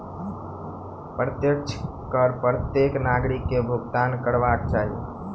प्रत्यक्ष कर प्रत्येक नागरिक के भुगतान करबाक चाही